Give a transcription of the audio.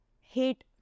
hate